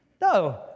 No